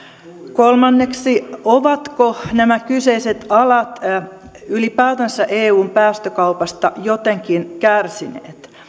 kolmanneksi ovatko nämä kyseiset alat ylipäätänsä eun päästökaupasta jotenkin kärsineet